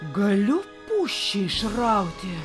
galiu pušį išrauti